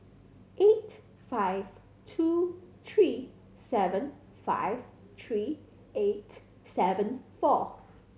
eight five two three seven five three eight seven four